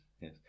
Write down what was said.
yes